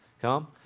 come